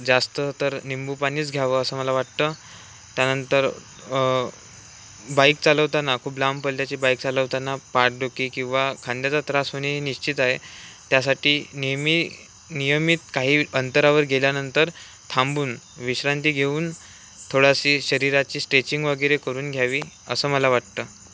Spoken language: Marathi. जास्त तर निंबू पानीच घ्यावं असं मला वाटतं त्यानंतर बाईक चालवताना खूप लांबपल्ल्याची बाईक चालवताना पाठदुखी किंवा खांद्याचा त्रास होणे हे निश्चित आहे त्यासाठी नियमी नियमित काही अंतरावर गेल्यानंतर थांबून विश्रांती घेऊन थोडीशी शरीराची स्ट्रेचिंग वगैरे करून घ्यावी असं मला वाटतं